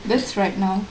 just right now